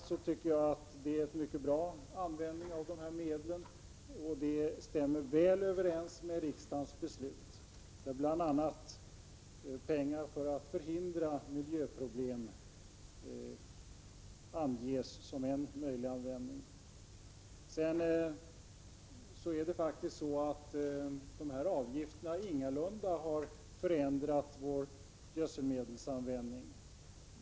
Jag tycker det är ett mycket bra sätt att använda medlen, vilket stämmer väl överens med riksdagens beslut, där bl.a. satsningar för att förhindra miljöproblem anges som ett möjligt sätt att använda medlen. Avgifterna har faktiskt ingalunda förändrat vår gödselmedelsanvändning.